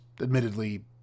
admittedly